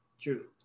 True